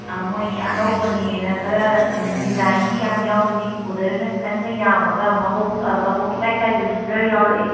ꯑꯥ ꯃꯣꯏꯒꯤ ꯑꯅꯧꯕꯅꯦꯅ ꯈꯔ ꯗꯤꯖꯥꯏꯟꯗꯤ ꯌꯥꯝꯅ ꯌꯥꯎꯗꯕꯤ ꯕꯣꯗꯔꯗ ꯈꯤꯇꯪꯒ ꯌꯥꯝꯃꯒ ꯃꯕꯨꯛ ꯀꯕꯣꯛ ꯏꯆꯥꯏ ꯆꯥꯏꯗꯕꯤ ꯈꯔ ꯌꯥꯎꯔꯛꯑꯦ